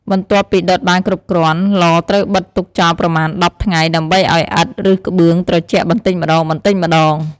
បន្ទាប់ពីដុតបានគ្រប់គ្រាន់ ឡត្រូវបិទទុកចោលប្រមាណ ១០ ថ្ងៃ ដើម្បីឱ្យឥដ្ឋ ឬក្បឿងត្រជាក់បន្តិចម្តងៗ។